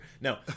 No